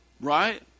Right